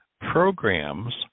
programs